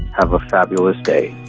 have a fabulous day